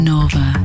Nova